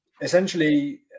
essentially